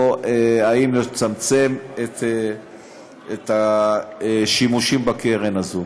או אם לצמצם את השימושים בקרן הזאת.